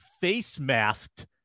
face-masked